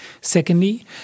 secondly